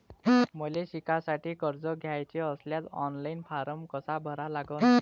मले शिकासाठी कर्ज घ्याचे असल्यास ऑनलाईन फारम कसा भरा लागन?